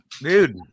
Dude